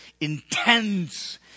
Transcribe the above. Intense